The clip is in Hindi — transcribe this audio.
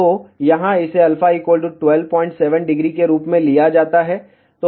तो यहाँ इसे α 127 डिग्री के रूप में लिया जाता है